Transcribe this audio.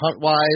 HuntWise